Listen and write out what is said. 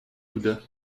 bouddha